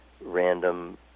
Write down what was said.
random